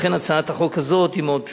לכן, הצעת החוק הזאת היא מאוד פשוטה,